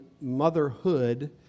motherhood